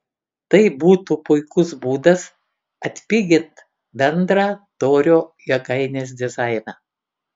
tai būtų puikus būdas atpigint bendrą torio jėgainės dizainą